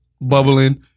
bubbling